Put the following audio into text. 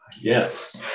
yes